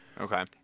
Okay